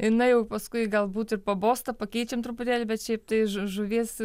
na jau paskui galbūt ir pabosta pakeičiam truputėlį bet šiaip tai žuvies